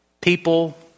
people